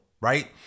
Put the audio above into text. right